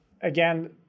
Again